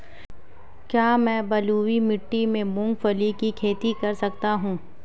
क्या मैं बलुई मिट्टी में मूंगफली की खेती कर सकता हूँ?